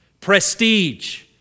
prestige